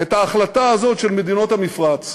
את ההחלטה הזאת של מדינות המפרץ.